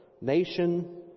nation